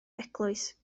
eglwys